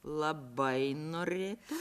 labai norėtum